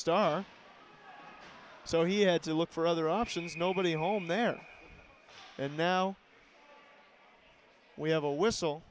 star so he had to look for other options nobody home there and now we have a whistle